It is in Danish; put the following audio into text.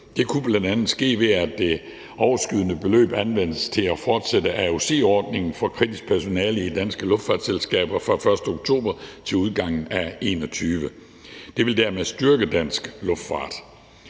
Det kunne bl.a. ske, ved at det overskydende beløb anvendes til at fortsætte aoc-ordningen for kritisk personale i danske luftfartsselskaber fra den 1. oktober til udgangen af 2021. Det ville dermed styrke dansk luftfart.